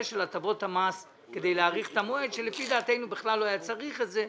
של הטבות המס כדי להאריך את המועד שלפי דעתנו בכלל לא היה צריך את זה.